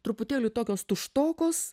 truputėlį tokios tuštokos